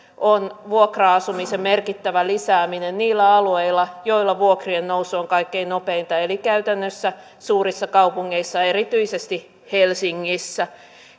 on vuokra asumisen merkittävä lisääminen niillä alueilla joilla vuokrien nousu on kaikkein nopeinta eli käytännössä suurissa kaupungeissa erityisesti helsingissä